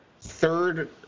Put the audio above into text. Third